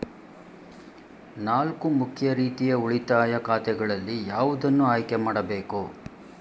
ನಾಲ್ಕು ಮುಖ್ಯ ರೀತಿಯ ಉಳಿತಾಯ ಖಾತೆಗಳಲ್ಲಿ ಯಾವುದನ್ನು ಆಯ್ಕೆ ಮಾಡಬೇಕು?